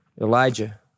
Elijah